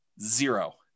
zero